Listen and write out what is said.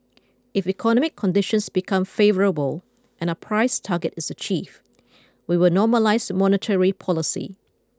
if economic conditions become favourable and our price target is achieved we will normalise monetary policy